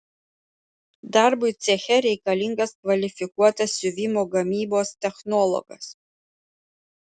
darbui ceche reikalingas kvalifikuotas siuvimo gamybos technologas